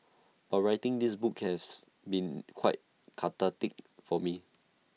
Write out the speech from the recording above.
but writing this book has been quite cathartic for me